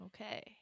Okay